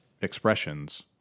expressions